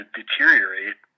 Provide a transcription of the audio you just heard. deteriorate